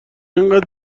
اینقدر